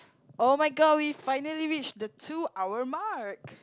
oh-my-god we finally reach the two hour mark